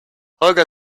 holger